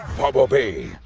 bumblebee,